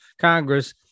Congress